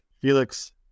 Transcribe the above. Felix